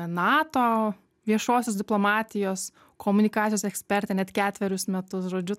nato viešosios diplomatijos komunikacijos ekspertė net ketverius metus žodžiu